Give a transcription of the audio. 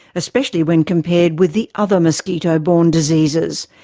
especially when compared with the other mosquito borne diseases.